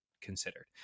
considered